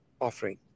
offering